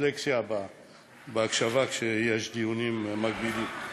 דיסלקציה בהקשבה כשיש דיונים מקבילים,